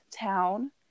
town